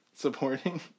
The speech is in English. Supporting